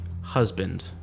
husband